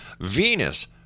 Venus